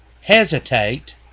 hesitate